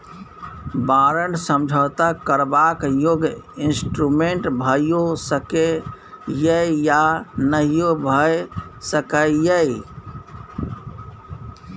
बारंट समझौता करबाक योग्य इंस्ट्रूमेंट भइयो सकै यै या नहियो भए सकै यै